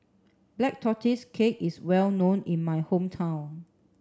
black tortoise cake is well known in my hometown